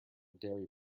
dairy